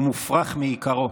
הוא מופרך מעיקרו.